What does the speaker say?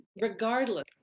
regardless